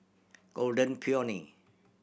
Golden Peony